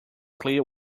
clear